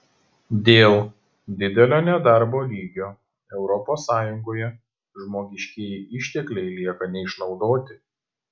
dėl didelio nedarbo lygio europos sąjungoje žmogiškieji ištekliai lieka neišnaudoti